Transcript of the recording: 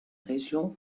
régions